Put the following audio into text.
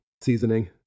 seasoning